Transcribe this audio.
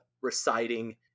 reciting